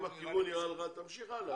אם הכיוון נראה לך אז תמשיך הלאה.